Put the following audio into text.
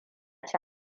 ci